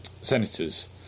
senators